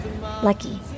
lucky